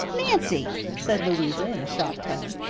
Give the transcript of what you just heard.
nancy! said louisa in a shocked tone.